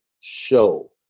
show